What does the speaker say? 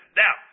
now